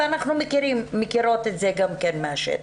ואנחנו מכירות את זה גם כן מהשטח.